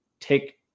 take